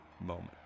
Moment